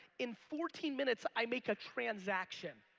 in fourteen minutes i make a transaction.